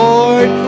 Lord